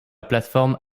plateforme